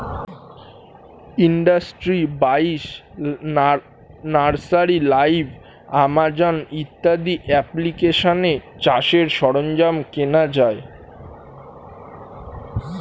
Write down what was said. industry বাইশ, nursery live, Amazon ইত্যাদি অ্যাপ্লিকেশানে চাষের সরঞ্জাম কেনা যায়